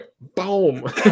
Boom